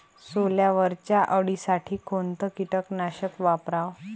सोल्यावरच्या अळीसाठी कोनतं कीटकनाशक वापराव?